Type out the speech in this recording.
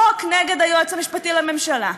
חוק נגד היועץ המשפטי לממשלה,